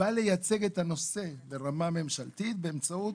בא לייצג את הנושא ברמה ממשלתית באמצעות